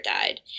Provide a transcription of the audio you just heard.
died